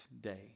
day